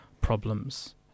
problems